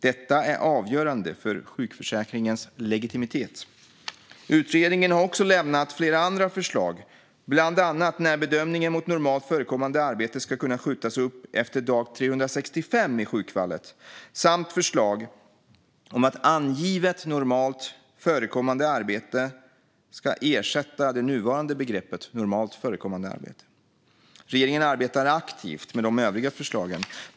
Detta är avgörande för sjukförsäkringens legitimitet. Utredningen har också lämnat flera andra förslag, bland annat när bedömningen mot normalt förekommande arbete ska kunna skjutas upp efter dag 365 i sjukfallet samt förslag om att angivet normalt förekommande arbete ska ersätta det nuvarande begreppet normalt förekommande arbete. Regeringen arbetar aktivt med de övriga förslagen.